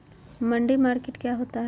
मंडी मार्केटिंग क्या होता है?